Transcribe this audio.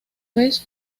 vez